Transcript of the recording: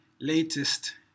latest